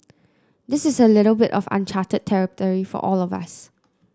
this is a little bit of uncharted territory for all of us